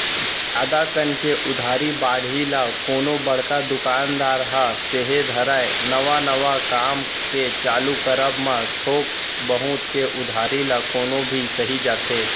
जादा कन के उधारी बाड़ही ल कोनो बड़का दुकानदार ह सेहे धरय नवा नवा काम के चालू करब म थोक बहुत के उधारी ल कोनो भी सहि जाथे